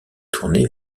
tournée